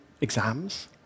exams